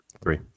Three